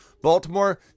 Baltimore